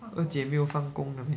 二姐没有放工的 meh